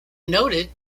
noted